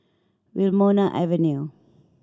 Wilmonar Avenue